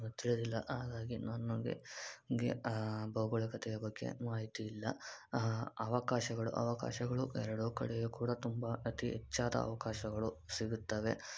ತಿಳಿದಿಲ್ಲ ಹಾಗಾಗಿ ನನಗೆ ಗೆ ಭೌಗೋಳಿಕತೆಯ ಬಗ್ಗೆ ಮಾಹಿತಿ ಇಲ್ಲ ಅವಕಾಶಗಳು ಅವಕಾಶಗಳು ಎರಡೂ ಕಡೆಯೂ ಕೂಡ ತುಂಬ ಅತಿ ಹೆಚ್ಚಾದ ಅವಕಾಶಗಳು ಸಿಗುತ್ತವೆ